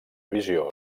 visió